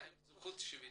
-- לכן יש להם זכות שביתה.